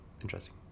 interesting